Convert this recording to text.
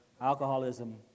Alcoholism